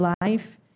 Life